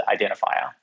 identifier